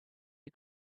you